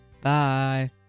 Bye